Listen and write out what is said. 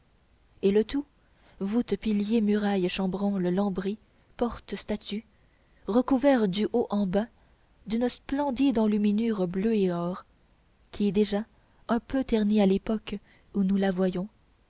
et le tout voûtes piliers murailles chambranles lambris portes statues recouvert du haut en bas d'une splendide enluminure bleu et or qui déjà un peu ternie à l'époque où nous la voyons